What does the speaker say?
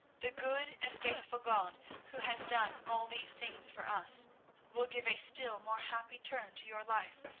the good and faithful god who has done all these things for us will give a still more happy turn to your life.